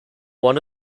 one